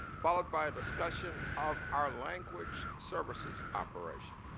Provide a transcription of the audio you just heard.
followed by discussion of our language services operation.